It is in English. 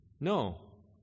No